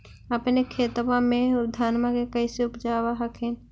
अपने खेतबा मे धन्मा के कैसे उपजाब हखिन?